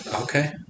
Okay